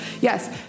Yes